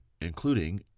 including